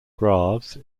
graves